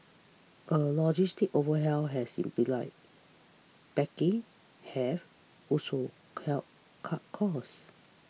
a logistics over hell has simplified packing have also helped cut costs